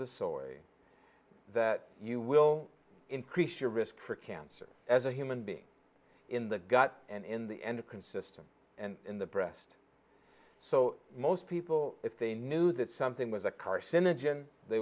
the story that you will increase your risk for cancer as a human being in the gut and in the end a consistent and in the breast so most people if they knew that something was a carcinogen they